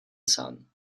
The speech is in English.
sun